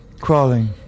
crawling